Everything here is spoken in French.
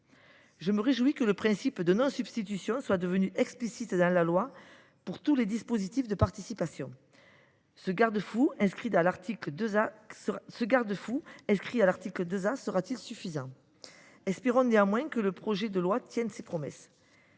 Je me réjouis que le principe de non substitution soit devenu explicite dans la loi pour tous les dispositifs de participation. Ce garde fou inscrit à l’article 2A sera t il suffisant ? Espérons que le projet de loi tiendra ses promesses.